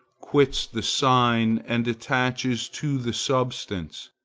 quits the sign and attaches to the substance.